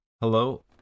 Hello